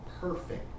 perfect